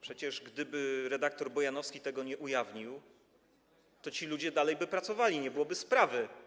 Przecież gdyby redaktor Bojanowski tego nie ujawnił, to ci ludzie dalej by pracowali, nie byłoby sprawy.